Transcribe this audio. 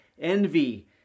envy